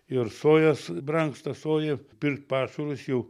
ir sojos brangsta soja pirkt pašarus jau